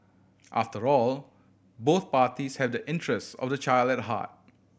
after all both parties have the interests of the child at heart